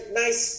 nice